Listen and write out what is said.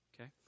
Okay